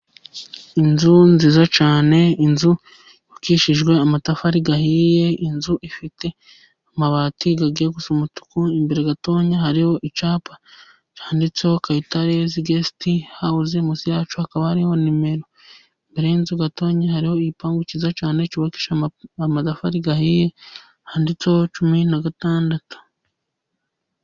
Inzu nziza cyane, inzu yubakishijwe amatafari ahiye, inzu ifite amabati agiye gusa umutuku, imbere gatoya hariho icyapa cyanditseho Kayitarezigesite hawuze. Munsi yacyo hakaba hari nimero. Imbere y'inzu gatoya hariho igipangu cyiza cyane, cyubakishijwe amatafari ahiye handitseho cumi na gatandatu.